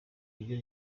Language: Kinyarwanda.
nibyo